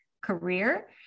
career